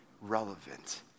relevant